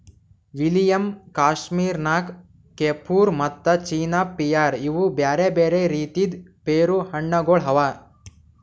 William, Kashmir Nakh, Kieffer ಮತ್ತ China pear ಇವು ಬ್ಯಾರೆ ಬ್ಯಾರೆ ರೀತಿದ್ ಪೇರು ಹಣ್ಣ ಗೊಳ್ ಅವಾ